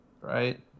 right